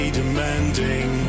demanding